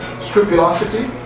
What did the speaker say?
Scrupulosity